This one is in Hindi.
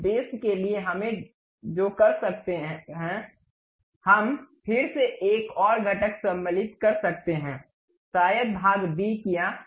उस उद्देश्य के लिए हम जो कर सकते हैं हम फिर से एक और घटक सम्मिलित कर सकते हैं शायद भाग बी किया